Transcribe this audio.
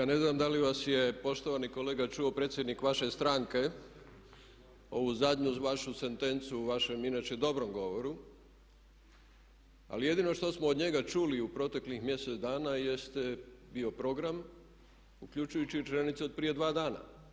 Ja ne znam da li vas je poštovani kolega čuo predsjednik vaše stranke, ovu zadnju vašu sentencu u vašem inače dobrom govoru ali jedino što smo od njega čuli u proteklih mjesec dana jeste bio program uključujući i članice od prije dva dana.